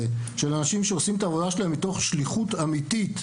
של אנשים שעושים את העבודה שלהם מתוך שליחות אמיתית,